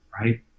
right